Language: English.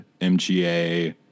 MGA